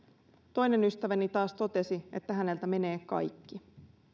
toinen ystäväni taas totesi että häneltä menee kaikki